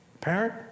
parent